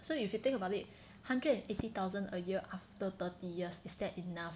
so if you think about it hundred and eighty thousand a year after thirty years is that enough